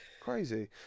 Crazy